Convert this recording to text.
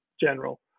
general